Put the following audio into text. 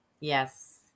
yes